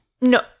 No